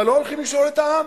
אבל לא הולכים לשאול את העם.